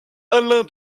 alain